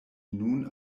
nun